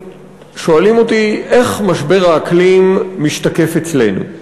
שואלים אותי איך משבר האקלים משתקף אצלנו.